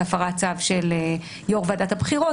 והפרת צו של יושב-ראש ועדת הבחירות,